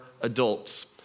adults